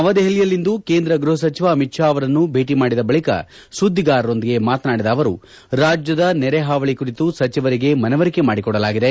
ನವದೆಹಲಿಯಲ್ಲಿಂದು ಕೇಂದ್ರ ಗೃಹ ಸಚಿವ ಅಮಿತ್ ತಾ ಅವರನ್ನು ಭೇಟ ಮಾಡಿದ ಬಳಕ ಸುದ್ದಿಗಾರರೊಂದಿಗೆ ಮಾತನಾಡಿದ ಅವರು ರಾಜ್ಯದ ನೆರೆ ಹಾವಳಿ ಕುರಿತು ಸಚಿವರಿಗೆ ಮನವರಿಕೆ ಮಾಡಿಕೊಡಲಾಗಿದೆ